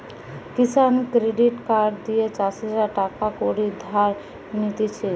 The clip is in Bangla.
কিষান ক্রেডিট কার্ড দিয়ে চাষীরা টাকা কড়ি ধার নিতেছে